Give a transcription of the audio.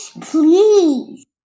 please